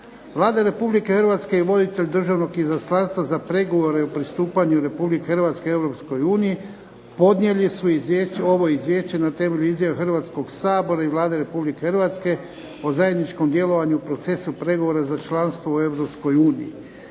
Vlada Republike Hrvatske je voditelj Državnog izaslanstva za pregovore o pristupanju Republike Hrvatske Europskoj uniji. Podnijeli su ovo izvješće na temelju izjave Hrvatskog sabora i Vlade Republike Hrvatske o zajedničkom djelovanju u procesu pregovora za članstvo u